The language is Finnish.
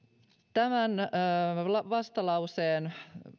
tämän vastalauseen